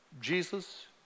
Jesus